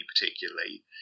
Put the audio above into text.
particularly